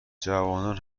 جوانان